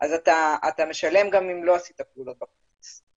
ואתה משלם גם אם לא עשית פעולות בכרטיס.